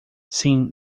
sim